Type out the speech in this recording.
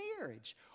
marriage